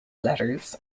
letters